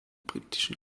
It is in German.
britischen